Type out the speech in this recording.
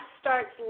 starts